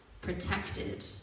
protected